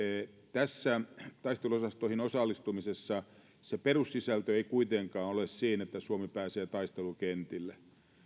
tässä taisteluosastoihin osallistumisessa se perussisältö ei kuitenkaan ole siinä että suomi pääsee taistelukentille